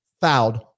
fouled